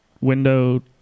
window